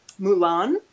Mulan